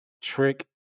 Trick